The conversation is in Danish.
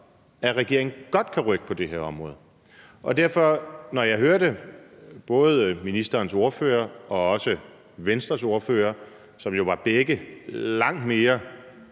at regeringen godt kan rykke på det her område. Og da jeg hørte både Moderaternes ordfører og også Venstres ordfører, var de jo begge langt mere